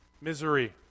Misery